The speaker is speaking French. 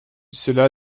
cela